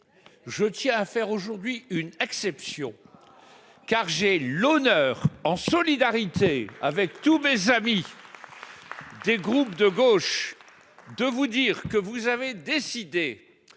je tiens à faire aujourd'hui une exception, car j'ai l'honneur, en solidarité avec tous mes amis des groupes de gauche, de vous dire que vous avez décidé